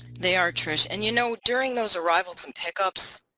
they are trish and you know during those arrivals and pickups